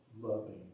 loving